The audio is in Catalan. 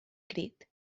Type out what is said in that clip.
crit